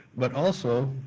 but also,